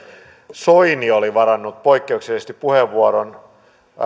soini oli varannut poikkeuksellisesti puheenvuoron